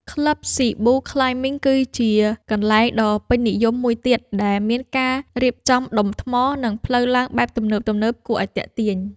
ក្លឹប ស៊ីបូ ក្លាយមីង ក៏ជាកន្លែងដ៏ពេញនិយមមួយទៀតដែលមានការរៀបចំដុំថ្ម និងផ្លូវឡើងបែបទំនើបៗគួរឱ្យទាក់ទាញ។